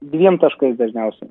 dviem taškais dažniausiai